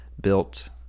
built